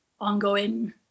ongoing